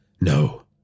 No